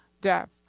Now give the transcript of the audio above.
death